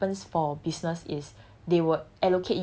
in year one right what happens for business is